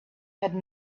had